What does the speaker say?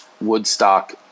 Woodstock